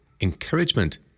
encouragement